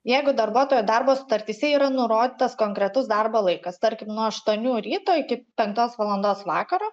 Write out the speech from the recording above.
jeigu darbuotojo darbo sutartyse yra nurodytas konkretus darbo laikas tarkim nuo aštuonių ryto iki penktos valandos vakaro